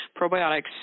Probiotics